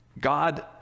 god